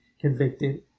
convicted